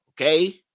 Okay